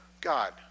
God